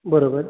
बरोबर